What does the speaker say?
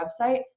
website